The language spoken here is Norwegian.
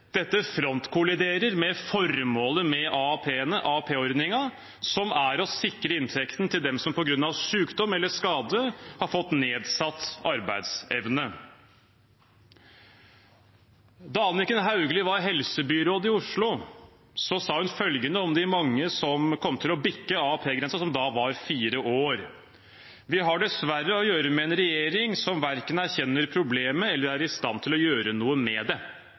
Dette frontkolliderer med formålet med AAP-ordningen, som er å sikre inntekten til dem som på grunn av sykdom eller skade har fått nedsatt arbeidsevne. Da Anniken Hauglie var helsebyråd i Oslo, sa hun følgende om de mange som kom til å bikke AAP-grensen, som da var fire år: «Vi har dessverre her å gjøre med en regjering som verken erkjenner problemet eller er i stand til å gjøre noe med det.»